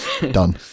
Done